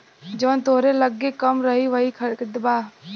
जवन तोहरे लग्गे कम रही वही खरीदबा